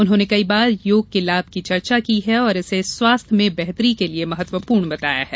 उन्होंने कई बार योग के लाभ की चर्चा की है और इसे स्वास्थ्य में बेहतरी के लिए महत्वपूर्ण बताया है